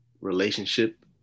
relationship